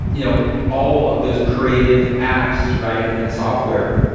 you know all of those creative apps, right? and software,